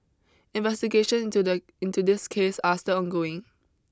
investigations to the into this case are still ongoing